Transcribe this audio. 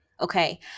Okay